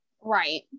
right